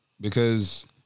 because-